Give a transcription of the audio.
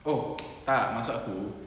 oh tak maksud aku